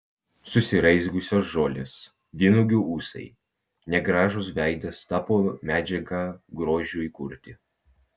susiraizgiusios žolės vynuogių ūsai negražus veidas tapo medžiaga grožiui kurti